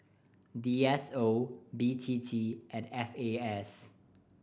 D S O B T T and F A S